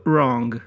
Wrong